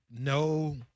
no